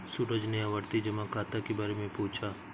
सूरज ने आवर्ती जमा खाता के बारे में पूछा